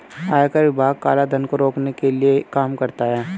आयकर विभाग काला धन को रोकने के लिए काम करता है